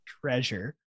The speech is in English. treasure